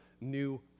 new